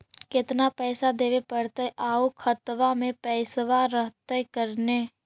केतना पैसा देबे पड़तै आउ खातबा में पैसबा रहतै करने?